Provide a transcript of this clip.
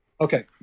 Okay